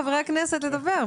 הכנסת יוראי להב,